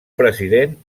president